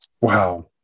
wow